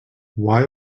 why